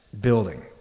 building